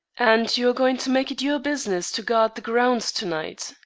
and you are going to make it your business to guard the grounds to-night?